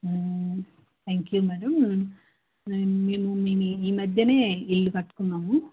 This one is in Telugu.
థ్యాంక్యూ మేడం మేము మీ ఈ మధ్యనే ఇల్లు కట్టుకున్నాము